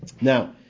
Now